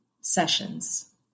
sessions